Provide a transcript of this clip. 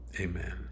Amen